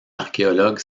archéologue